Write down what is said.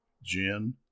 Gin